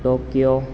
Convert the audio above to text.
Tokyo